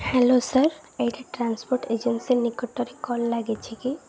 hello sir ଏଇଟା transport agency ନିକଟରେ call ଲାଗିଛି କି